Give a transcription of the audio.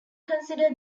consider